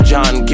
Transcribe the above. John